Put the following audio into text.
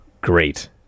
great